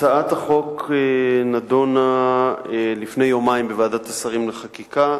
הצעת החוק נדונה לפני יומיים בוועדת השרים לחקיקה.